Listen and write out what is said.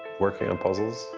working on puzzles,